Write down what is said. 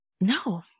No